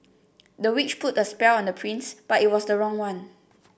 the witch put a spell on the prince but it was the wrong one